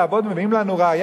לצערי